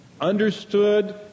understood